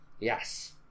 Yes